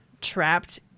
trapped